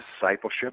discipleship